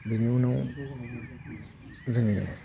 बिनि उनाव जोङो